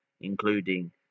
including